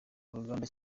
uruganda